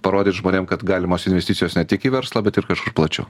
parodyt žmonėm kad galimos investicijos ne tik į verslą bet ir kažkur plačiau